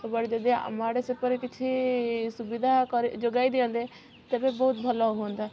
ସବୁଆଡ଼େ ଯଦି ଆମ ଆଡ଼େ ସେପରି କିଛି ସୁବିଧା କରି ଯୋଗାଇ ଦିଅନ୍ତେ ତେବେ ବହୁତ ଭଲ ହୁଅନ୍ତା